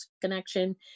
connection